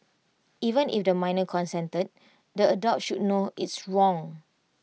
even if the minor consented the adult should know it's wrong